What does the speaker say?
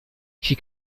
she